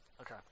Okay